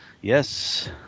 Yes